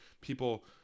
people